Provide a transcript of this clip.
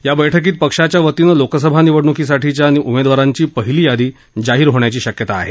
या बैठकीत पक्षाच्या वतीनं लोकसभा निवडणूकीसाठीच्या उमेदवारांची पहीली यादी जाहीर होण्याची शक्यता आहे